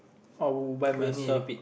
I would buy myself